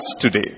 today